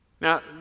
Now